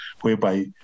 whereby